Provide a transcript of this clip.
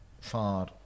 far